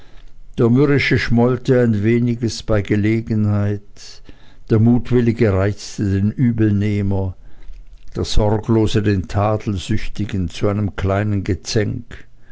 der mürrische schmollte ein weniges bei gelegenheit der mutwillige reizte den übelnehmer der sorglose den tadelsüchtigen zu einem kleinen gezänk